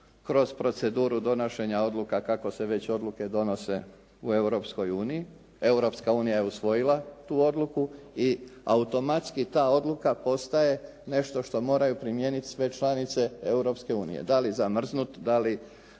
kroz proceduru donošenja odluka kako se već odluke donose u Europskoj uniji. Europska unija je usvojila tu odluku i automatski ta odluka postaje nešto što moraju primijeniti sve članice Europske unije, da li